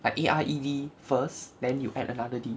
but A R E D first then you add another D